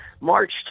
March